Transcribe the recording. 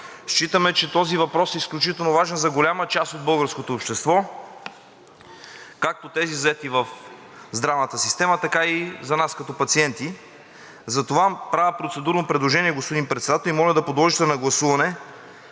Считаме, че този въпрос е изключително важен за голяма част от българското общество – както тези, заети в здравната система, така и за нас като пациенти. Правя процедурно предложение, господин Председател, и моля да го подложите на гласуване: